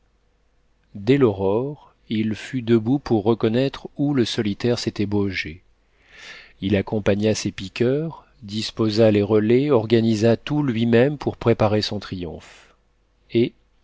dès l'aurore il fut debout pour reconnaître où le solitaire s'était baugé il accompagna ses piqueurs disposa les relais organisa tout lui-même pour préparer son triomphe et